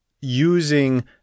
using